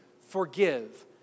forgive